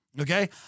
Okay